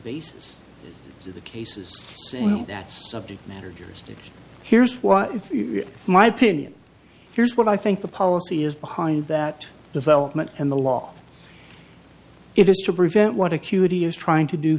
basis do the cases in that subject matter jurisdiction here's why if you're my opinion here's what i think the policy is behind that development and the law it is to prevent what a cutie is trying to do